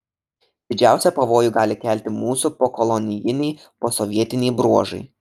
didžiausią pavojų gali kelti mūsų pokolonijiniai posovietiniai bruožai